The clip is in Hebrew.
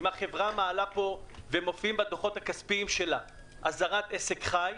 ואם החברה מעלה פה ומופיעים בדוחות הכספיים שלה אזהרת עסק חי,